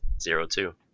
Zero-Two